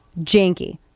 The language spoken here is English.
Janky